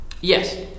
Yes